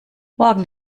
morgen